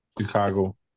Chicago